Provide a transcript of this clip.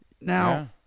Now